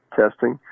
testing